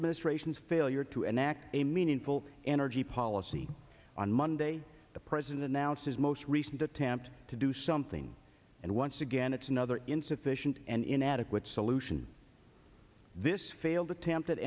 administration's failure to enact a meaningful energy policy on monday the president announced his most recent attempt to do something and once again it's another insufficient and inadequate solution to this failed attempt at